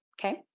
Okay